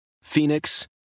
Phoenix